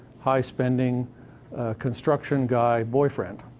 high-spending construction guy boyfriend.